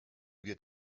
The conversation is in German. wird